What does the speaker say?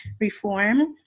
reform